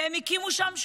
והן הכו שם שורשים.